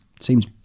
seems